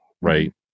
right